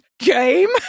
Game